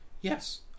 Yes